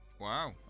Wow